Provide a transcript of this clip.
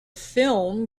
film